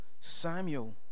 Samuel